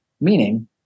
Meaning